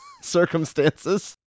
circumstances